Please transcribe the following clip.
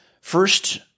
first